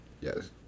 Yes